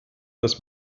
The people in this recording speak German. dass